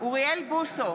אוריאל בוסו,